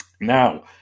Now